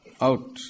out